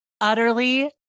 utterly